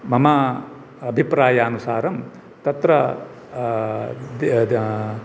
मम अभिप्रायानुसारं तत्र